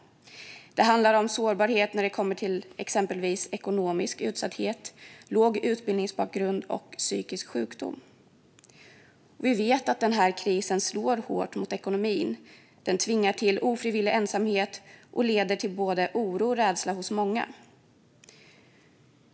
Det handlar om sårbarhet såsom ekonomisk utsatthet, låg utbildningsbakgrund och psykisk sjukdom. Vi vet att den här krisen slår hårt mot ekonomin, tvingar till ofrivillig ensamhet och leder till både oro och rädsla hos många.